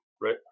right